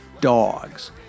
dogs